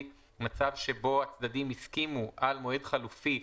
מצב שבו הצדדים הסכימו על מועד חלופי,